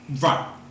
Right